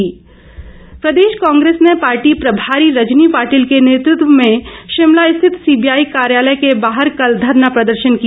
कांग्रेस धरना प्रदेश कांग्रेस ने पार्टी प्रभारी रजनी पाटिल के नेतृत्व में शिमला स्थित सीबीआई कार्यालय के बाहर कल धरना प्रदर्शन किया